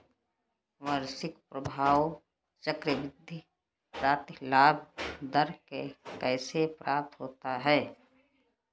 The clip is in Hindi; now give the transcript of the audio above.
वार्षिक प्रभावी चक्रवृद्धि प्रतिलाभ दर कैसे प्राप्त होता है?